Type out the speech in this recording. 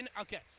Okay